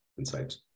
insights